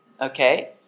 okay